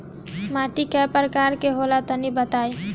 माटी कै प्रकार के होला तनि बताई?